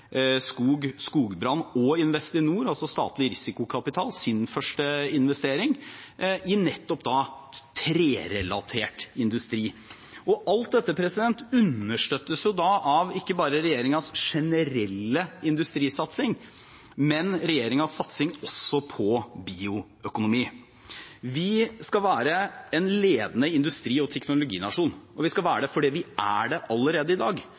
Skog, Skogbrand og Investinor, altså statlig risikokapital, sin første investering i nettopp trerelatert industri. Alt dette understøttes ikke bare av regjeringens generelle industrisatsing, men også av regjeringens satsing på bioøkonomi. Vi skal være en ledende industri- og teknologinasjon, og vi skal være det fordi vi er det allerede i dag.